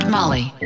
Molly